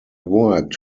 worked